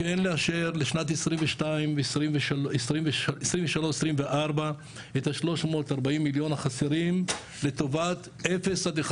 כן לאשר לשנת 2023-2024 את 340 המיליון החסרים לטובת 0-1,